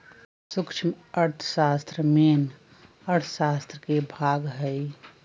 सूक्ष्म अर्थशास्त्र मेन अर्थशास्त्र के भाग हई